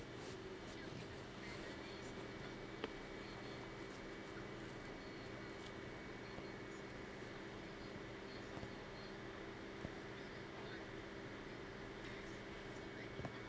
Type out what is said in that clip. I